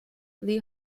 lee